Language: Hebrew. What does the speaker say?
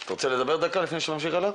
אתה רוצה לדבר דקה לפני שנמשיך הלאה?